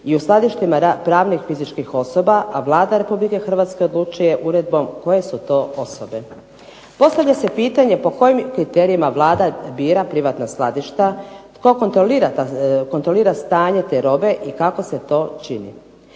i u skladištima pravnih fizičkih osoba, a Vlada Republike Hrvatske odlučuje uredbom koje su to osobe. Postavlja se pitanje po kojim kriterijima Vlada bira privatna skladišta, tko kontrolira stanje te robe i kako se to čini?